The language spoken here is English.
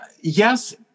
yes